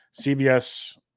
CBS